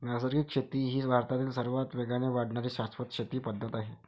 नैसर्गिक शेती ही भारतातील सर्वात वेगाने वाढणारी शाश्वत शेती पद्धत आहे